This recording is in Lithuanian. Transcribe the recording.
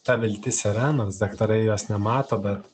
ta viltis yra nors daktarai jos nemato bet